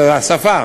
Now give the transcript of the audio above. זה השפה,